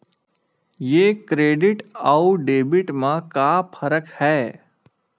ये क्रेडिट आऊ डेबिट मा का फरक है?